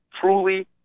truly